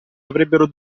avrebbero